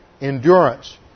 endurance